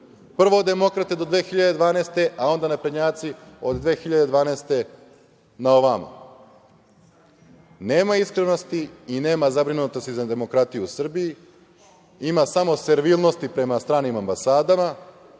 prvo demokrate do 2012. godine, a onda naprednjaci od 2012. na ovamo. Nema iskrenosti i nema zabrinutosti za demokratiju u Srbiji, ima samo servilnosti prema stranim ambasadama,